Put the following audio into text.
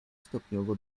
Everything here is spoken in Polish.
stopniowo